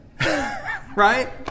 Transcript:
Right